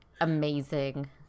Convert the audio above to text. amazing